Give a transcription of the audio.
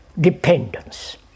dependence